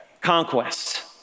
Conquest